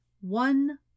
One